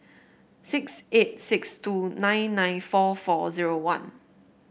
six eight six two nine nine four four zero one